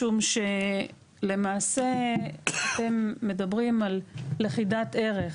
משום שלמעשה אתם מדברים על לכידת ערך.